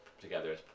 together